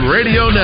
Radio